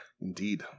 indeed